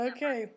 Okay